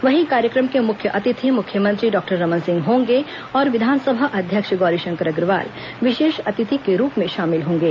वहीं कार्यक्रम के मुख्य अतिथि मुख्यमंत्री डॉक्टर रमन सिंह होंगे और विधानसभा अध्यक्ष गौरीशंकर अग्रवाल विशेष अतिथि के रूप में शामिल होंगे